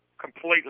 completely